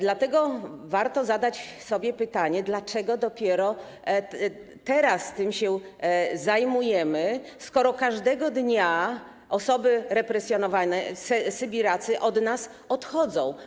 Dlatego warto zadać sobie pytanie, dlaczego dopiero teraz tym się zajmujemy, skoro każdego dnia osoby represjonowane, sybiracy od nas odchodzą.